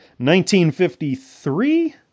1953